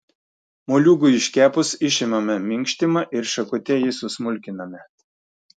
moliūgui iškepus išimame minkštimą ir šakute jį susmulkiname